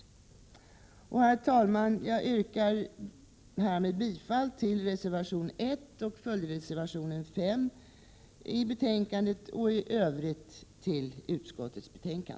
Herr talman! Jag yrkar härmed bifall till reservationerna 1 och 5 samt i övrigt till utskottets hemställan.